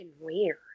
weird